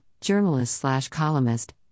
journalist-slash-columnist